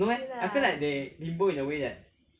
okay lah